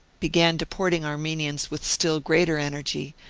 began deporting armenians with still greater energy,